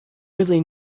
really